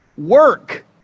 work